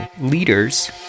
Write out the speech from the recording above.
leaders